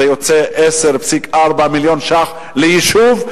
זה יוצא 10.4 מיליון שקל ליישוב,